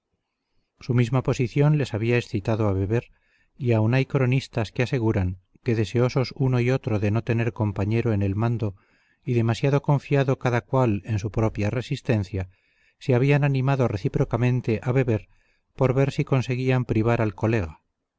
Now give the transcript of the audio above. su misma posición les había excitado a beber y aun hay cronistas que aseguran que deseosos uno y otro de no tener compañero en el mando y demasiado confiado cada cual en su propia resistencia se habían animado recíprocamente a beber por ver si conseguían privar al colega